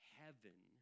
heaven